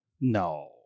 No